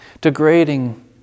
degrading